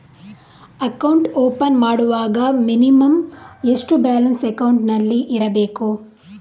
Account open ಮಾಡುವಾಗ minimum ಎಷ್ಟು balance ಅಕೌಂಟಿನಲ್ಲಿ ಇರಬೇಕು?